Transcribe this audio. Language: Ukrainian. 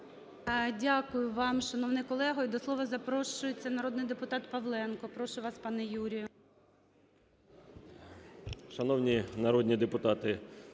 Дякую вам, шановний колего. І до слова запрошується народний депутат Павленко. Прошу вас, пане Юрію.